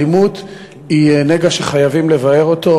האלימות היא נגע שחייבים לבער אותו,